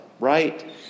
Right